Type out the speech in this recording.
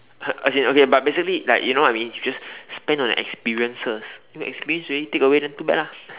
uh as in okay but basically like you know what I mean if you just spend on the experiences then you experience already then take away too bad lah